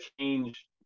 change